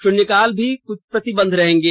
शून्यकाल भी कुछ प्रतिबंध रहेंगे